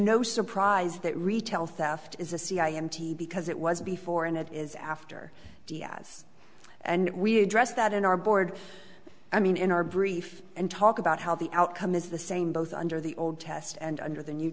no surprise that retail theft is a c i empty because it was before and it is after diaz and we address that in our board i mean in our brief and talk about how the outcome is the same both under the old test and under the new